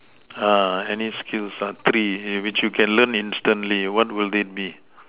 uh any skills lah three which you can learn instantly what will it be